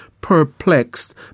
perplexed